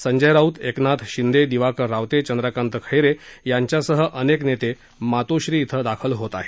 संजय राऊत एकनाथ शिंदे दिवाकर रावते चंद्रकात खैरे यांच्यासह अनेक नेते मातोश्री इथं दाखल झाले आहेत